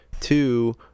two